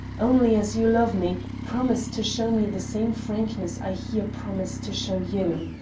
only, as you love me, promise to show me the same frankness i here promise to show you.